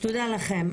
תודה לכם.